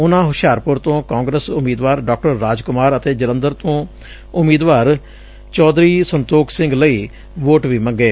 ਉਨੂਾ ਹੂਸ਼ਿਆਰਪੁਰ ਤੋ ਕਾਗਰਸ ਊਮੀਦਵਾਰ ਡਾ ਰਾਜ ਕੁਮਾਰ ਅਤੇ ਜਲੰਧਰ ਤੋ ਊਮੀਦਵਾਰ ਚੌਧਰੀ ਸੰਤੋਖ ਸਿੰਘ ਲਈ ਵੋਟ ਵੀ ਮੰਗੇ